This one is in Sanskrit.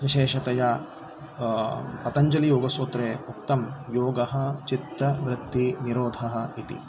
विशेषतया पतञ्जलियोगसूत्रे उक्तं योगः चित्तवृत्तिनिरोधः इति